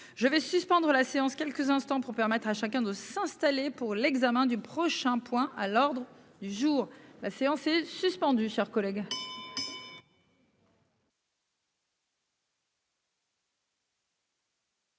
Je vais suspendre la séance quelques instants pour permettre à chacun de s'installer pour l'examen du prochain point à l'ordre du jour. La séance est suspendue, chers collègues.